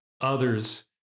others